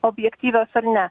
objektyvios ar ne